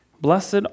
Blessed